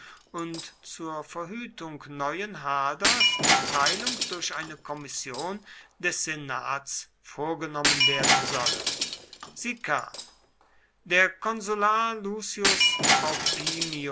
und zur verhütung neuen haders die teilung durch eine kommission des senats vorgenommen werden solle sie kam der konsular